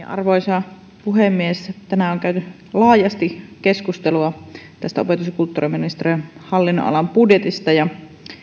arvoisa puhemies tänään on käyty laajasti keskustelua tästä opetus ja kulttuuriministeriön hallinnonalan budjetista